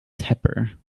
tepper